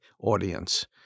audience